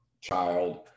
child